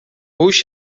هوش